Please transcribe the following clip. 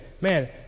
man